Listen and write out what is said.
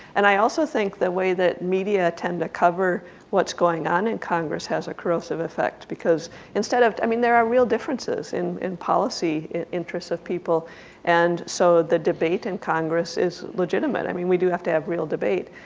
and i also think the way that media tend to cover what's going on in congress has a corrosive effect because instead of. i mean there are real differences in in policy interests of people and so the debate in and congress is legitimate. i mean we do have to have real debate,